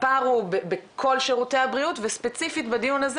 הפער הוא בכל שירותי הבריאות וספציפית בדיון הזה,